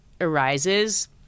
arises